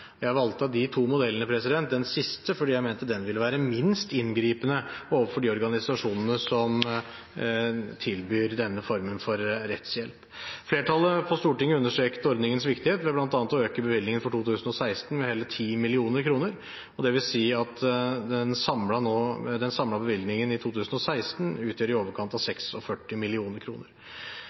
Jeg valgte av de to modellene den siste fordi jeg mente den ville være minst inngripende overfor de organisasjonene som tilbyr denne formen for rettshjelp. Flertallet på Stortinget understreket ordningens viktighet ved bl.a. å øke bevilgningen for 2016 med hele 10 mill. kr, og det vil si at den samlede bevilgningen i 2016 utgjør i overkant av